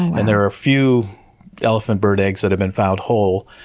and there are a few elephant bird eggs that have been found whole,